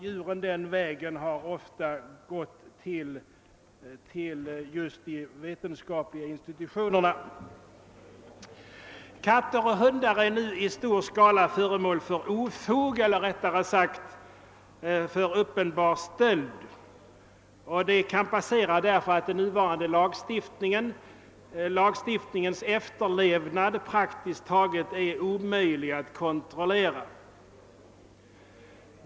Djuren har den vägen ofta gått till de vetenskapliga institutionerna. Katter och hundar är nu i stor skala föremål för ofog eller rättare sagt för uppenbar stöld. Detta kan passera då den nuvarande lagstiftningens efterlevnad praktiskt taget är omöjlig att kontrollera.